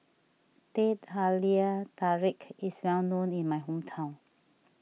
Teh Halia Tarik is well known in my hometown